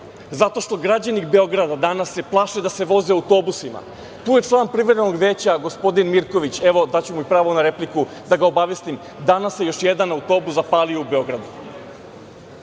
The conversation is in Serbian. zato što se građani Beograda danas plaše da se voze autobusima. Tu je član privremenog veća, gospodin Mirković, evo, daću mu i pravo na repliku, da ga obavestim, danas se još jedan autobus zapalio u Beogradu. Građani